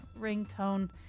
ringtone